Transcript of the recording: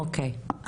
אוקיי.